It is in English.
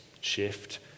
shift